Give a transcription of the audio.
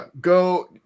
go